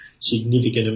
significant